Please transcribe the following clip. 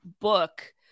book